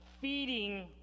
feeding